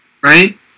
right